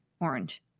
Orange